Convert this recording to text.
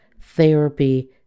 therapy